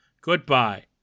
Goodbye